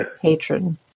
patron